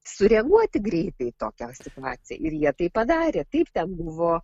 sureaguoti greitai į tokią situaciją ir jie tai padarė taip ten buvo